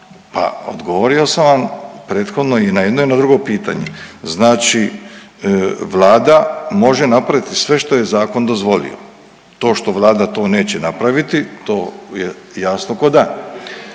Pa odgovorio sam vam prethodno i na jedno i na drugo pitanje. Znači Vlada može napraviti sve što joj je zakon dozvolio. To što Vlada to neće praviti to je jasno kao dan.